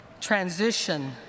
transition